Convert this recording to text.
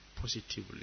positively